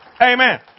Amen